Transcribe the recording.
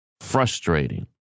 frustrating